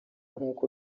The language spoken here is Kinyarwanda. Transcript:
nk’uko